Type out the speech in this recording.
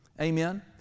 Amen